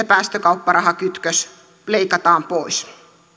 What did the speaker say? päästökaupparahakytkös leikataan pois